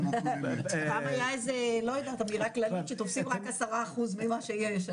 פעם היה לא יודעת אמירה כללית שתופסים רק 10% ממה שיש.